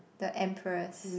the empress